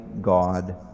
God